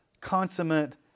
consummate